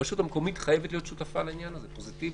הרשות המקומית חייבת להיות שותפה לעניין הזה פוזיטיבית,